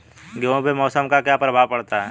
गेहूँ पे मौसम का क्या प्रभाव पड़ता है?